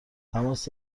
تماس